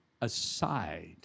aside